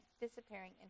disappearing